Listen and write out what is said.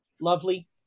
lovely